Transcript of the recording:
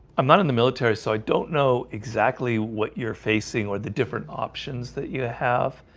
i'm not in the military. so i don't know exactly what you're facing or the different options that you have